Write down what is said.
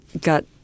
got